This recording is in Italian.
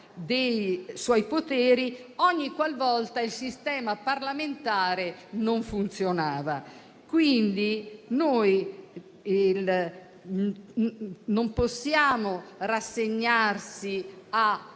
dei suoi poteri ogniqualvolta il sistema parlamentare non funzionava. Quindi non possiamo rassegnarci a